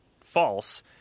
false